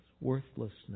worthlessness